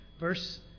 verse